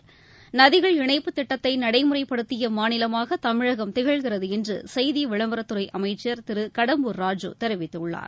நி நதிகள் இணைப்புத் திட்டத்தை நடைமுறைப்படுத்திய மாநிலமாக தமிழகம் திகழ்கிறது என்று செய்தி விளம்பரத்துறை அமைச்சர் திரு கடம்பூர் ராஜு தெரிவித்துள்ளார்